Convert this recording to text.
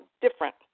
different